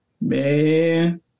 Man